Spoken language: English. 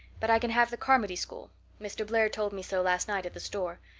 but i can have the carmody school mr. blair told me so last night at the store.